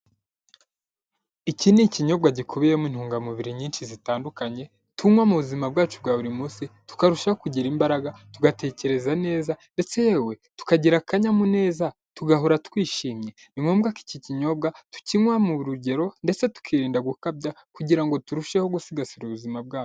Iki ni ikinyobwa gikubiyemo intungamubiri nyinshi zitandukanye, tunywa mu buzima bwacu bwa buri munsi, tukarushaho kugira imbaraga, tugatekereza neza ndetse yewe tukagira akanyamuneza tugahora twishimye, ni ngombwa ko iki kinyobwa tukinywa mu rugero ndetse tukirinda gukabya kugira ngo turusheho gusigasira ubuzima bwacu.